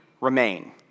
remain